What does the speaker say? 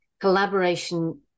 collaboration